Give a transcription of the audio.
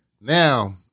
Now